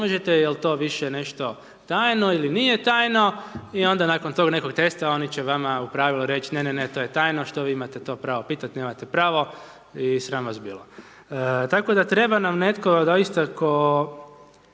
možete, jel to više nešto tajno ili nije tajno i onda nakon tog nekog testa oni će vama u pravilu reći ne, ne, ne to je tajno što vi imate to pravo pitati, nemate pravo i sram vas bilo. Tako da treba nam netko doista tko,